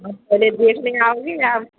आप पहले देखने आओगे या